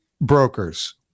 brokers